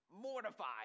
mortified